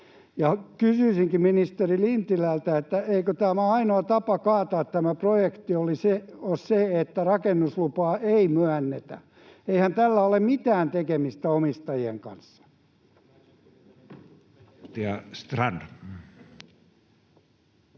Kysyisinkin ministeri Lintilältä: eikö ainoa tapa kaataa tämä projekti ole se, että rakennuslupaa ei myönnetä? Eihän tällä ole mitään tekemistä omistajien kanssa.